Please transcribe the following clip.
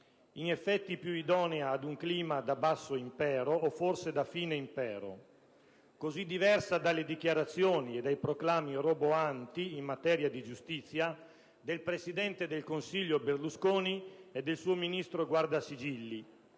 in effetti, più idonea ad un clima da basso o forse fine impero. Così diversa dalle dichiarazioni e dai proclami roboanti, in materia di giustizia, del presidente del Consiglio Berlusconi e del suo Ministro Guardasigilli.